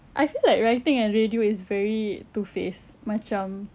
I feel like writing and radio is very two faced macam